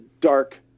dark